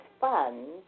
funds